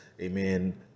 amen